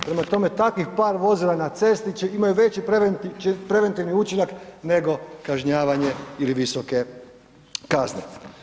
Prema tome, takvih par vozila ne cesti imaju veći preventivni učinak nego kažnjavanje ili visoke kazne.